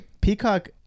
Peacock